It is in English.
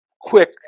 Quick